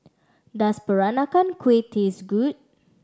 does Peranakan Kueh taste good